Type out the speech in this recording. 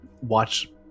watch